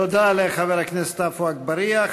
תודה לחבר הכנסת עפו אגבאריה.